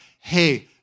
Hey